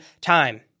time